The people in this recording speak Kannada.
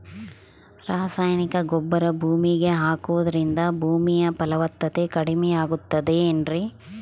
ರಾಸಾಯನಿಕ ಗೊಬ್ಬರ ಭೂಮಿಗೆ ಹಾಕುವುದರಿಂದ ಭೂಮಿಯ ಫಲವತ್ತತೆ ಕಡಿಮೆಯಾಗುತ್ತದೆ ಏನ್ರಿ?